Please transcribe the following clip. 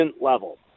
level